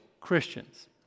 Christians